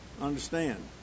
Understand